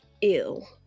ill